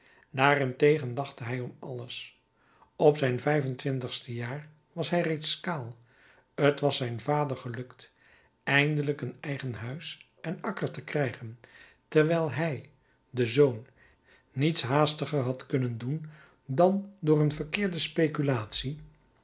daarentegen lachte hij om alles op zijn vijf-en-twintigste jaar was hij reeds kaal t was zijn vader gelukt eindelijk een eigen huis en akker te krijgen terwijl hij de zoon niets haastiger had kunnen doen dan door een verkeerde speculatie